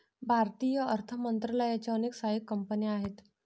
भारतीय अर्थ मंत्रालयाच्या अनेक सहाय्यक कंपन्या आहेत